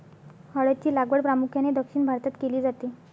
हळद ची लागवड प्रामुख्याने दक्षिण भारतात केली जाते